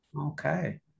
okay